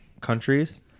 countries